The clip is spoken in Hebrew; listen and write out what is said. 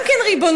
גם כן ריבונות.